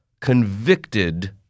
convicted